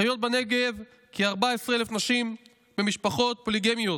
חיות בנגב כ-14,000 נשים במשפחות פוליגמיות,